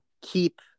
keep